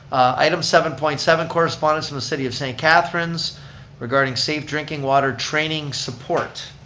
item seven point seven, correspondence with city of st. catharines regarding safe drinking water training support.